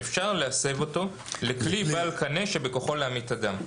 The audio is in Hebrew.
שאפשר להסב אותו לכלי בעל קנה שבכוחו להמית אדם.